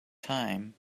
time